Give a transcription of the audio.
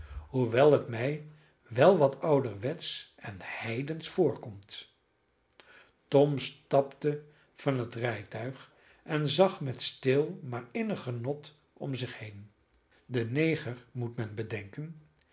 hoewel het mij wel wat ouderwetsch en heidensch voorkomt tom stapte van het rijtuig en zag met stil maar innig genot om zich heen de neger moet men bedenken